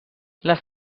les